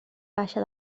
baixa